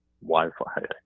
wi-fi